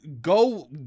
go